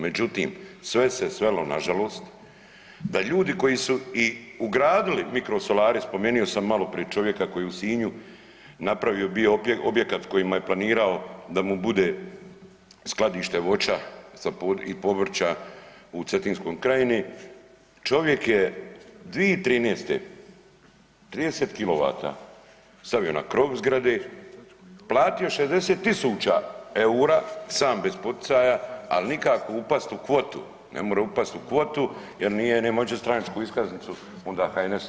Međutim, sve se svelo nažalost da ljudi koji su i ugradili mikrosolare, spomenuo sam maloprije čovjeka koji je u Sinju napravio bio objekat kojima je planirao da mu bude skladište voća i povrća u Cetinskoj krajini, čovjek je 2013. 30 kW stavio na krov zgrade, platio 60.000 eura sam bez poticaja, ali nikako upast u kvotu, nemore upast u kvotu jer nema uopće stranačku iskaznicu onda HNS